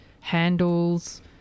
handles